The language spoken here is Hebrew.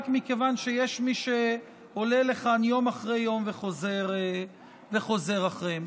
רק מכיוון שיש מי שעולה לכאן יום אחרי יום וחוזר אחריהן.